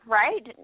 right